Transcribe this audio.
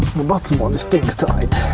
the bottom one is finger-tight.